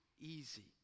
easy